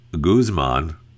Guzman